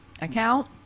account